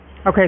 Okay